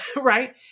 Right